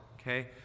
Okay